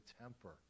temper